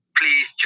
please